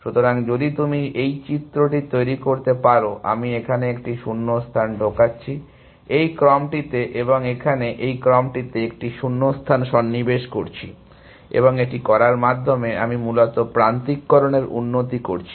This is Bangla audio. সুতরাং যদি তুমি এই চিত্রটি তৈরি করতে পারো আমি এখানে একটি শূন্যস্থান ঢোকাচ্ছি এই ক্রমটিতে এবং আমি এখানে এই ক্রমটিতে একটি শূন্যস্থান সন্নিবেশ করছি এবং এটি করার মাধ্যমে আমি মূলত প্রান্তিককরণের উন্নতি করছি